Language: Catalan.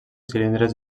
cilindres